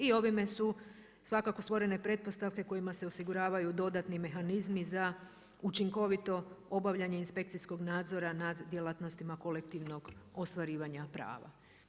I ovime su svakako stvorene pretpostavke kojima se osiguravaju dodatni mehanizmi za učinkovito obavljanje inspekcijskog nadzora nad djelatnostima kolektivnog ostvarivanja prava.